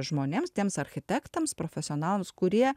žmonėms tiems architektams profesionalams kurie